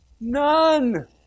none